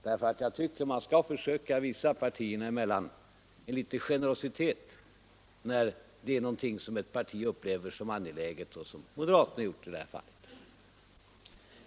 Man skall partierna emellan försöka visa litet generositet, när ett parti är angeläget om någonting. Och det är vad vi har gjort gentemot moderata samlingspartiet i det här fallet.